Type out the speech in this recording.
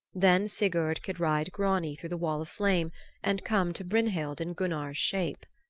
then sigurd could ride grani through the wall of flame and come to brynhild in gunnar's shape.